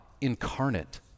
incarnate